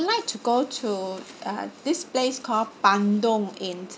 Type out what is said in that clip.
like to go to uh this place called bandung in